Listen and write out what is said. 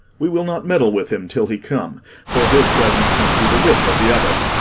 we will not meddle with him till he come for his presence must be the whip of the other.